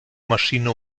maschine